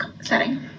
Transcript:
setting